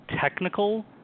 technical